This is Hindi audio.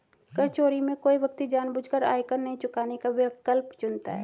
कर चोरी में कोई व्यक्ति जानबूझकर आयकर नहीं चुकाने का विकल्प चुनता है